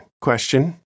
Question